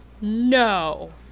No